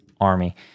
army